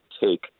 take